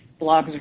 Blogs